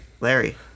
Larry